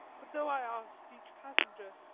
but though i asked each passenger,